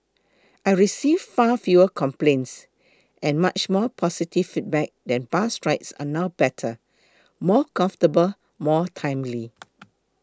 I receive far fewer complaints and much more positive feedback that bus rides are now better more comfortable more timely